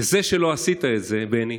וזה שלא עשית את זה, בני,